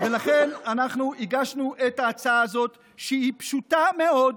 ולכן אנחנו הגשנו את ההצעה הזאת, שהיא פשוטה מאוד,